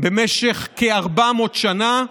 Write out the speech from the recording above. במשך כ-400 שנה,